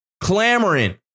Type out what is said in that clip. clamoring